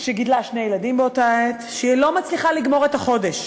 שגידלה שני ילדים באותה עת וראתה שהיא לא מצליחה לגמור את החודש,